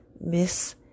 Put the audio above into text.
Miss